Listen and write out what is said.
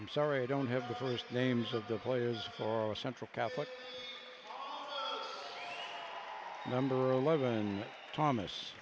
i'm sorry i don't have the first names of the players for central catholic number eleven and thomas